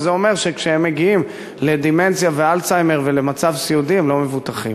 וזה אומר שכשהם מגיעים לדמנציה ואלצהיימר ולמצב סיעודי הם לא מבוטחים.